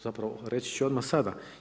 Zapravo, reći ću odmah sada.